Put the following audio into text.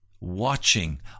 watching